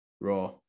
Raw